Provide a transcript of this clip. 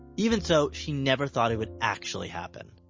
even so, she never thought it would actually happen.